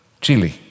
Chile